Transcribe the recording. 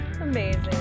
Amazing